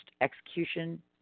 execution